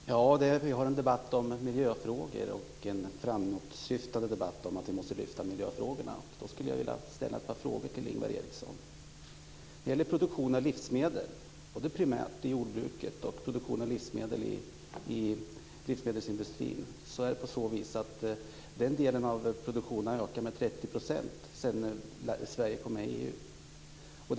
Fru talman! Vi har en debatt om miljöfrågor och en framåtsyftande debatt om att vi måste lyfta miljöfrågorna. Jag skulle vilja ställa ett par frågor till Ingvar Eriksson. När det gäller produktion av livsmedel, både primärt i jordbruket och i livsmedelsindustrin, har den delen av produktionen ökat med 30 % sedan Sverige kom med i EU.